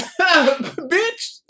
Bitch